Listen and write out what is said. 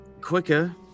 Quicker